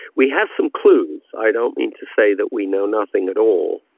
we have some clues, i don't mean to say that we know nothing at all.